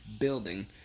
building